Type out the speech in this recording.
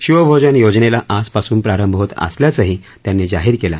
शिवभोजन योजनेला आजपासून प्रारंभ होत असल्याचंही त्यांनी जाहीर केलं